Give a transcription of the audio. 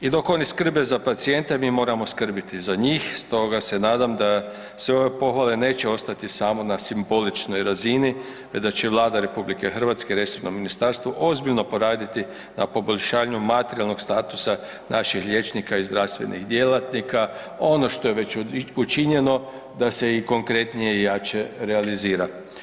I dok oni bore za pacijente, mi moramo skrbiti za njih, stoga se nadam da sve ove pohvale neće ostati samo na simboličnoj razini te da će Vlada RH i resorno ministarstvo ozbiljno poraditi na poboljšanju materijalnog statusa naših liječnika i zdravstvenih djelatnika, ono što je već učinjeno da se i konkretnije i jače realizira.